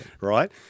right